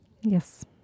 Yes